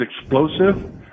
explosive –